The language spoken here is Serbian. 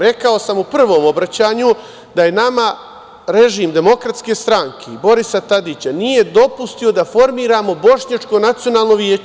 Rekao sam u prvom obraćanju da nama režim demokratske stranke i Borisa Tadića nije dopustio da formiramo Bošnjačko nacionalno veće.